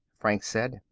franks said.